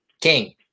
King